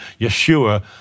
Yeshua